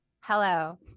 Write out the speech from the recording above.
Hello